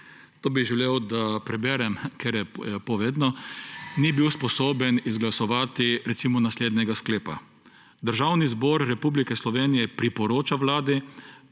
to bi želel prebrati, ker je povedno – ni bil sposoben izglasovati recimo naslednjega sklepa: »Državni zbor Republike Slovenije priporoča Vladi,